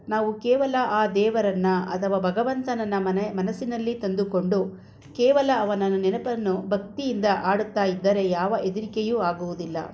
ನಾವು ಕೇವಲ ಆ ದೇವರನ್ನು ಅಥವಾ ಭಗವಂತನನ್ನು ಮನೆ ಮನಸ್ಸಿನಲ್ಲಿ ತಂದುಕೊಂಡು ಕೇವಲ ಅವನ ನೆನಪನ್ನು ಭಕ್ತಿಯಿಂದ ಹಾಡುತ್ತಾಯಿದ್ದರೆ ಯಾವ ಹೆದರಿಕೆಯೂ ಆಗುವುದಿಲ್ಲ